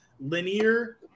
linear